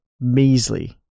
Measly